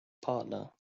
partner